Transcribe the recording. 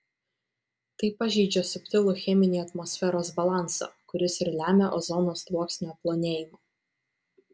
tai pažeidžia subtilų cheminį atmosferos balansą kuris ir lemia ozono sluoksnio plonėjimą